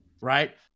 right